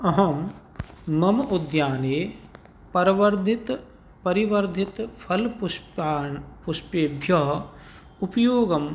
अहं मम उद्याने परवर्धित् परिवर्धितफलपुष्पान् पुष्पेभ्यः उपयोगं